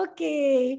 Okay